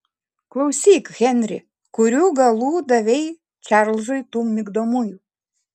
klausyk henri kurių galų davei čarlzui tų migdomųjų